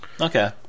Okay